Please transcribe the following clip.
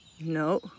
no